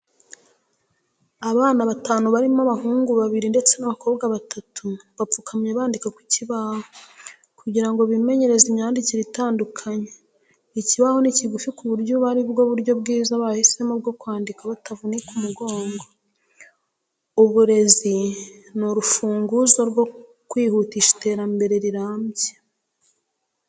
Abana batanu barimo abahungu babiri ndetse n'abakobwa batatu bapfukamye bandika ku kibaho, kugira ngo bimenyereze imyandikire itandukanye. Ikibaho ni kigufi ku buryo ubu ari bwo buryo bwiza bahisemo bwo kwandika batavunika umugongo. Uburezi ni urufunguzo rwo kwihutisha iterambere rirambye.